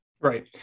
Right